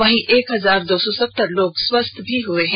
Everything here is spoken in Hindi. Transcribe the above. वहीं एक हजार दो सौ सतर लोग स्वस्थ भी हए हैं